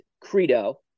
credo